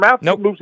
Nope